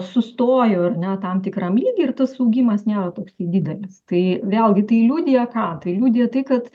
sustojo ar ne tam tikram lygy ir tas augimas nėra toksai didelis tai vėlgi tai liudija ką tai liudija tai kad